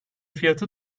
fiyatı